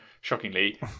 shockingly